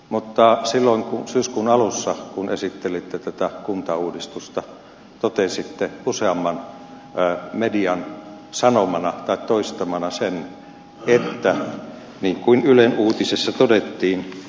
mutta silloin syyskuun alussa kun esittelitte tätä kuntauudistusta totesitte useamman median toistamana sen niin kuin ylen uutisissa todettiin